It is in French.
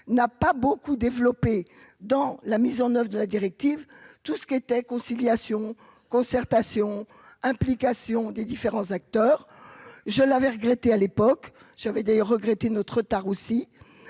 n'a pas beaucoup développé dans la mise en oeuvre de la directive, tout ce qui était conciliation concertation implication des différents acteurs, je l'avais regretté à l'époque j'avais des regretter notre tard aussi,